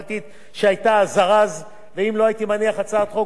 ואם לא הייתי מניח הצעת חוק פרטית לא היתה הצעת החוק הזאת עולה